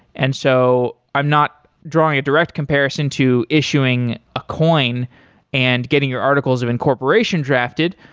and so i'm not drawing a direct comparison to issuing a coin and getting your articles of incorporation drafted,